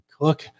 cook